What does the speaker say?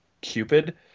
Cupid